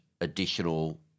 additional